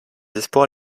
espoirs